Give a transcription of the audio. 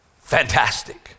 fantastic